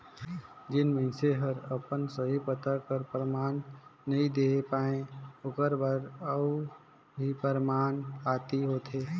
जेन मइनसे हर अपन सही पता कर परमान नी देहे पाए ओकर बर अउ भी परमान पाती होथे